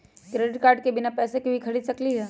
Credit card से बिना पैसे के ही खरीद सकली ह?